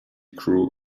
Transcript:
crew